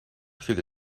through